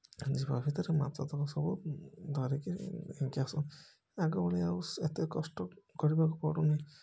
ଯିବା ଭିତରେ ମାଛତକ ସବୁ ଧରିକିରି ନେଇକି ଆସୁ ଆଗ ଭଳିଆ ଆଉ ଏତେ କଷ୍ଟ କରିବାକୁ ପଡ଼ୁନି